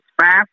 fast